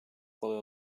kolay